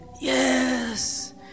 Yes